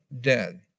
dead